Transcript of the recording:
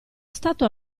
stato